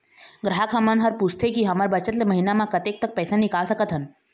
ग्राहक हमन हर पूछथें की हमर बचत ले महीना मा कतेक तक पैसा निकाल सकथन?